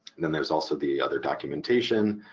and then there's also the other documentation